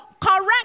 correct